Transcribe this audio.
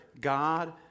God